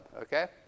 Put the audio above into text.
okay